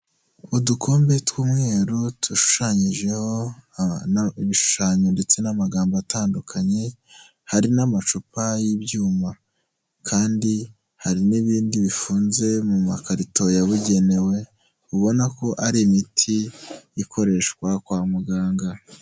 Udukombe tw'umweru dushushanyijeho ibishushanyo ndetse n'amagambo atandukanye hari n'amacupa y'ibyuma, kandi hari n'ibindi bifunze mu makarito yabugenewe ubona ko ari imiti ikoreshwa kwa muganga.